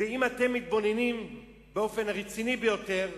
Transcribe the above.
ואם אתם מתבוננים באופן רציני ביותר,